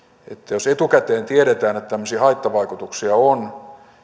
jos etukäteen tiedetään että tämmöisiä haittavaikutuksia on